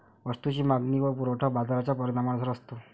वस्तूची मागणी व पुरवठा बाजाराच्या परिणामानुसार असतो